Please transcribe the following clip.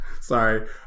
Sorry